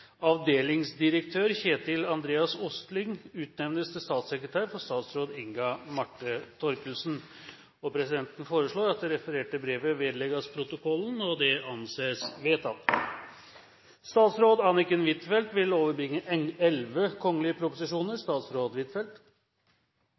Avdelingsdirektør Kjetil Andreas Ostling utnevnes til statssekretær for statsråd Inga Marte Thorkildsen.» Presidenten foreslår at det refererte brevet vedlegges protokollen. – Det anses vedtatt. Representanten Harald T. Nesvik vil